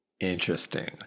interesting